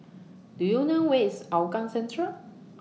Do YOU know Where IS Hougang Central